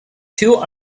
two